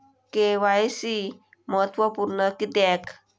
KYC महत्त्वपुर्ण किद्याक?